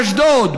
באשדוד,